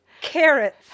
Carrots